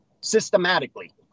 systematically